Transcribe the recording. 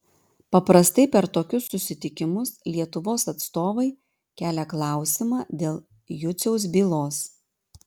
paprastai per tokius susitikimus lietuvos atstovai kelia klausimą dėl juciaus bylos